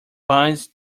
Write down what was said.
binds